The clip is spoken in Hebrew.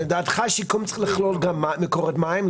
לדעתך השיקום צריך לכלול גם מקורות מים?